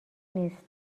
نیست